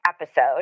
episode